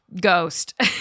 Ghost